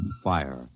fire